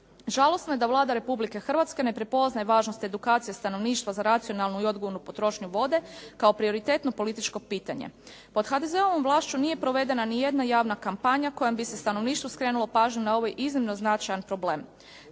Žalosno je da Vlada Republike Hrvatske ne prepoznaje važnost edukacije stanovništva za racionalnu i odgovornu potrošnju vode kao prioritetno političko pitanje. Pod HDZ-ovom vlašću nije provedena nijedna javna kampanja kojom bi se stanovništvu skrenulo pažnju na ovaj iznimno značajan problem.